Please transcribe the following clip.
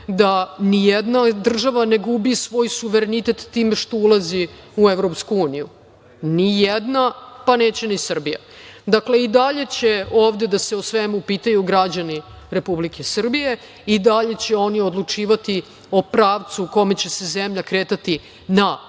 da ni jedna država ne gubi svoj suverenitet time što ulazi u Evropsku uniju. Ni jedna, pa neće ni Srbija. Dakle, i dalje će ovde da se o svemu pitaju građani Republike Srbije, i dalje će oni odlučivati o pravcu u kome će se zemlja kretati na izborima,